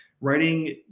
writing